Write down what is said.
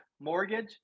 mortgage